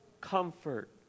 comfort